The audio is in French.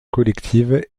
collective